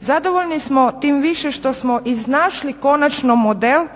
Zadovoljni smo, tim više što smo iznašli konačno model